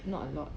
not a lot